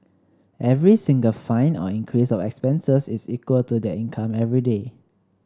every single fine or increase of expenses is equal to their income everyday